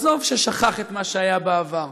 עזוב ששכח את מה שהיה בעבר,